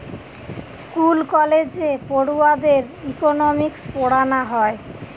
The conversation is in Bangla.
স্কুল কলেজে পড়ুয়াদের ইকোনোমিক্স পোড়ানা হয়